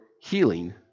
healing